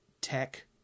tech